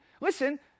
listen